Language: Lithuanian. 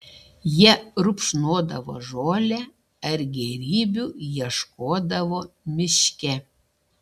jie rupšnodavo žolę ar gėrybių ieškodavo miške